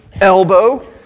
elbow